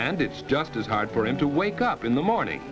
and it's just as hard for him to wake up in the morning